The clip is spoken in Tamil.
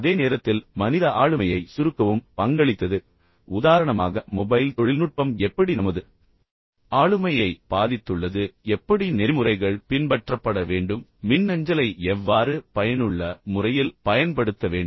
அதே நேரத்தில் மனித ஆளுமையை சுருக்கவும் பங்களித்தது உதாரணமாக மொபைல் தொழில்நுட்பம் எப்படி நமது ஆளுமையை பாதித்துள்ளது எப்படி நெறிமுறைகள் பின்பற்றப்பட வேண்டும் மின்னஞ்சலை எவ்வாறு பயனுள்ள முறையில் பயன்படுத்த வேண்டும்